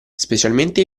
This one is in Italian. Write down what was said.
specialmente